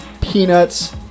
peanuts